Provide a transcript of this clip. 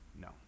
No